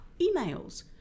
emails